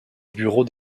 bureau